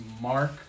Mark